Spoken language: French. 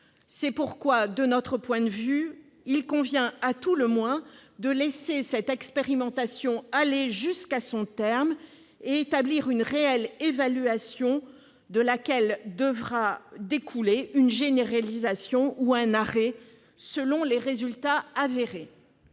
quel fondement ? Selon nous, il convient, à tout le moins, de laisser cette expérimentation aller jusqu'à son terme et d'établir une réelle évaluation de laquelle devra découler une généralisation ou un arrêt, selon les résultats avérés.